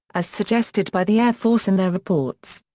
as suggested by the air force in their reports.